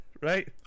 right